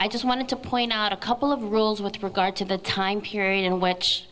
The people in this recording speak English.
i just wanted to point out a couple of rules with regard to the time period in which